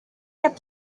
get